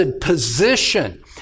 position